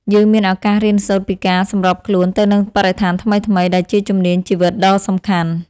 យើងមានឱកាសរៀនសូត្រពីការសម្របខ្លួនទៅនឹងបរិស្ថានថ្មីៗ ដែលជាជំនាញជីវិតដ៏សំខាន់។